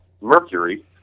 Mercury